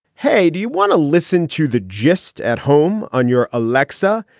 hey, do you want to listen to the gist at home on your aleksa?